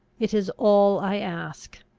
it is all i ask!